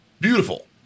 Beautiful